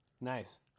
Nice